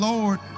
Lord